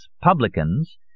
Publicans